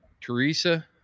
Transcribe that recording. Teresa